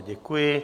Děkuji.